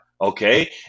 Okay